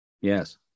Yes